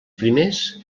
primers